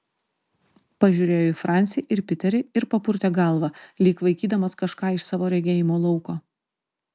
pažiūrėjo į francį ir piterį ir papurtė galvą lyg vaikydamas kažką iš savo regėjimo lauko